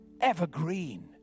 Evergreen